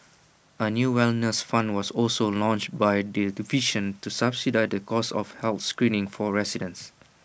A new wellness fund was also launched by the division to subsidise the cost of health screenings for residents